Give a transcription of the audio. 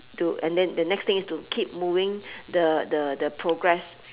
to and then the next thing is to keep moving the the the progress